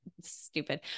stupid